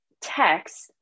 text